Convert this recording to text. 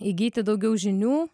įgyti daugiau žinių